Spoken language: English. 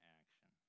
action